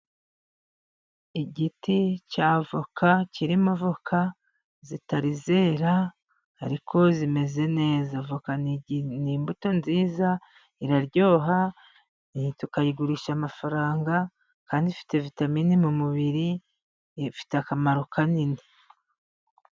Igiti cya voka kirimo voka zitarera, ariko zimeze neza. Voka ni imbuto nziza iraryoha, tukayigurisha amafaranga kandi ifite vitamini mu mubiri ifite akamaro kanini.